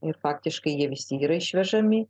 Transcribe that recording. ir faktiškai jie visi yra išvežami